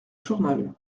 journal